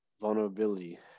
vulnerability